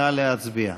נא להצביע.